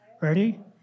ready